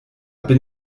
bin